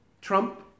Trump